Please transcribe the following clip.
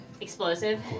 explosive